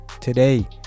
today